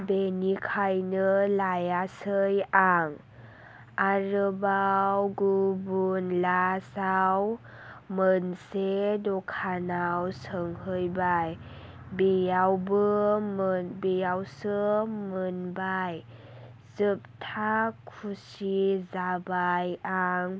बेनिखायनो लायासै आं आरोबाव गुबुन लास्टयाव मोनसे दखानाव सोंहैबाय बेयावबो मोन बेयावसो मोनबाय जोबथा खुसि जाबाय आं